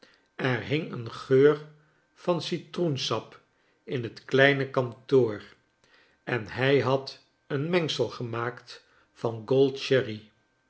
er hing een geur van citroensap in het kleine kantoor en hij had een mengsel gemaakt van